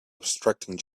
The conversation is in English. obstructing